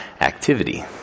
activity